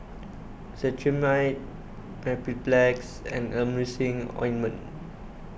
Cetrimide Mepilex and Emulsying Ointment